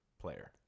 player